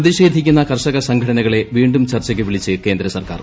പ്രതിഷേധിക്കുന്ന കർഷക ്സംഘടനകളെ വീണ്ടും ചർച്ചയ്ക്ക് വിളിച്ച് ക്ട്രേന്ദ് സർക്കാർ